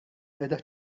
qiegħda